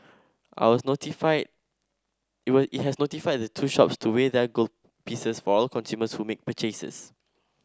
notified it was has notified the two shops to weigh their gold pieces for all consumers who make purchases